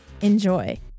Enjoy